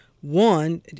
one